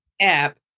app